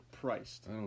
priced